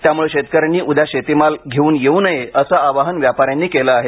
त्यामुळे शेतकऱ्यांनी उद्या शेतीमाल घेऊन येऊ नये असं आवाहन व्यापाऱ्यांनी केलं आहे